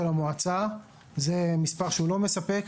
זה מספר הוא לא מספק.